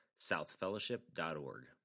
southfellowship.org